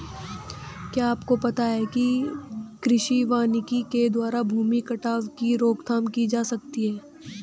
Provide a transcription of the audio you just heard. क्या आपको पता है कृषि वानिकी के द्वारा भूमि कटाव की रोकथाम की जा सकती है?